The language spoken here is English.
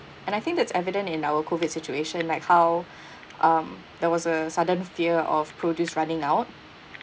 and I think that's evident in our COVID situation like how um there was a sudden fear of produce running out